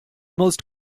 most